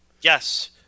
Yes